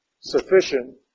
sufficient